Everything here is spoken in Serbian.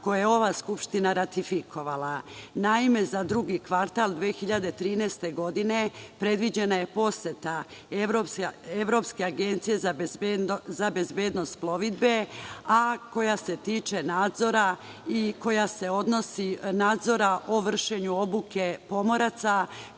koju je ova Skupština ratifikovala. Naime, za drugi kvartal 2013. godine predviđena je poseta Evropske agencije za bezbednost plovidbe, a koja se tiče nadzora o vršenju obuke pomoraca,